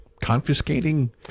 confiscating